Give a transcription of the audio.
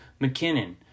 McKinnon